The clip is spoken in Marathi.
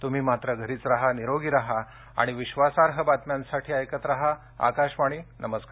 तुम्ही मात्र घरीच राहा निरोगी राहा आणि विश्वासार्ह बातम्यांसाठी ऐकत राहा आकाशवाणी नमस्कार